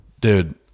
Dude